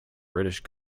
british